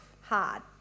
hard